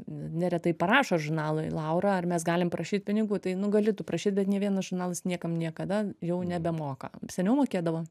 neretai parašo žurnalui laura ar mes galim prašyt pinigų tai nugali tu prašyt bet nė vienas žurnalas niekam niekada jau nebemoka seniau mokėdavo